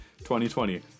2020